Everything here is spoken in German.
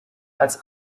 als